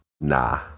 Nah